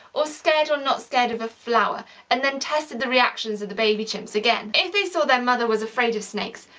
or scared or not scared of a flower and then tested the reactions of the baby chimps again. if they saw their mother was afraid of snakes.